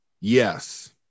Yes